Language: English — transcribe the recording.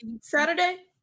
saturday